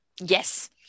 Yes